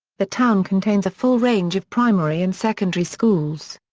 the town contains a full range of primary and secondary schools.